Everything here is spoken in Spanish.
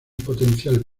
potencial